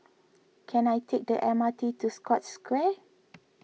can I take the M R T to Scotts Square